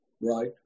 right